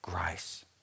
Grace